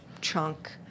chunk